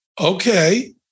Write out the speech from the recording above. okay